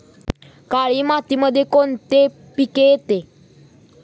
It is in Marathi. काळी मातीमध्ये कोणते पिके येते?